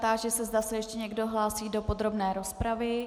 Táži se, zda se ještě někdo hlásí do podrobné rozpravy.